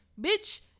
bitch